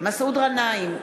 מסעוד גנאים,